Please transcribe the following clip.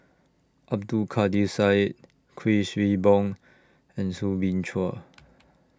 Abdul Kadir Syed Kuik Swee Boon and Soo Bin Chua